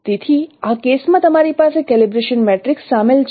તેથી આ કેસમાં તમારી પાસે કેલિબ્રેશન મેટ્રિક્સ સામેલ છે